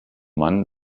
mann